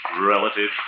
Relative